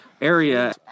area